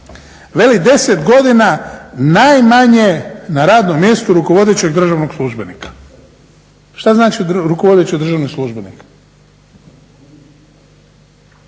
Veli 10 godina najmanje na radnom mjestu rukovodećeg državnog službenika. Šta znači rukovodeći državni službenik?